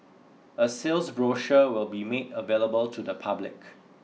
a sales brochure will be made available to the public